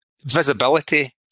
visibility